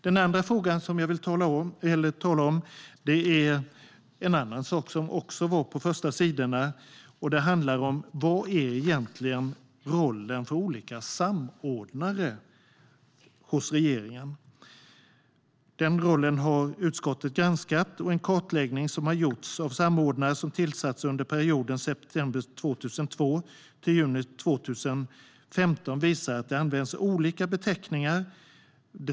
Den andra frågan jag vill tala om är en annan sak som var på förstasidorna, och det handlar om vad rollerna för olika samordnare hos regeringen egentligen är. Det har utskottet granskat, och den kartläggning som har gjorts av samordnare som tillsatts mellan september 2002 och juni 2015 visar att olika beteckningar används.